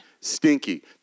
stinky